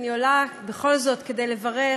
אני עולה בכל זאת כדי לברך